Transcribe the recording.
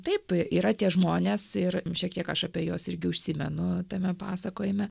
taip yra tie žmonės ir šiek tiek aš apie juos irgi užsimenu tame pasakojime